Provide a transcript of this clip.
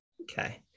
Okay